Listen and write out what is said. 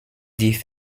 die